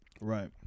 Right